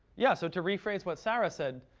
yeah. so, to rephrase what sarah said,